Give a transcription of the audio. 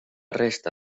resta